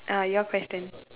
uh your question